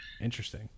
Interesting